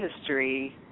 history